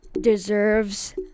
deserves